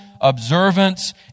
observance